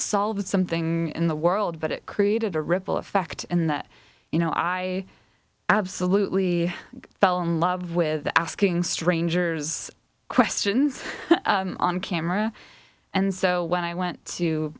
solved something in the world but it created a ripple effect in that you know i absolutely fell in love with the asking strangers questions on camera and so when i went to